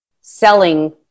selling